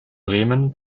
bremen